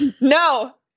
No